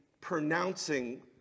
pronouncing